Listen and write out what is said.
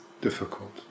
difficult